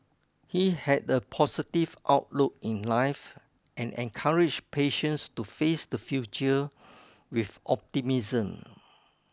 he had a positive outlook in life and encourage patients to face the future with optimism